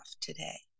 today